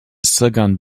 second